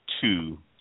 two